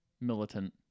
militant